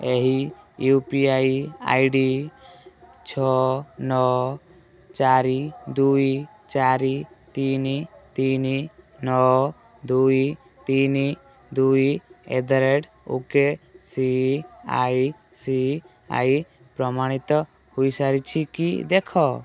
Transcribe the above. ଏହି U P I I D ଛଅ ନଅ ଚାରି ଦୁଇ ଚାରି ତିନି ତିନି ନଅ ଦୁଇ ତିନି ଦୁଇ at the rate O K C I C I ପ୍ରମାଣିତ ହୋଇସାରିଛି କି ଦେଖ